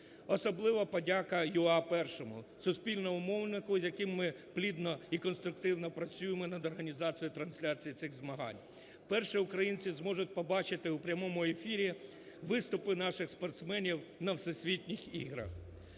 Особлива подяка UA:Першому – суспільному мовнику, з яким ми плідно і конструктивно працюємо над організацією трансляції цих змагань. Вперше українці зможуть побачити у прямому ефірі виступи наших спортсменів на Всесвітніх іграх.